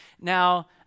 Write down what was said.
Now